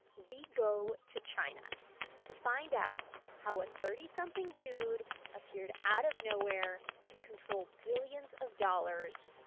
we go to china to find out how a thirty something dude appeared out of nowhere to control billions of dollars,